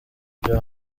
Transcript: byo